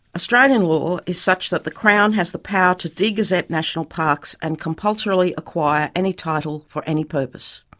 australian law is such that the crown has the power to de-gazette national parks and compulsorily acquire any title for any purpose.